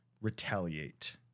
Retaliate